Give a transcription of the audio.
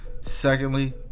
Secondly